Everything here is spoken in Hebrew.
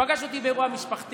הוא פגש אותי באירוע משפחתי,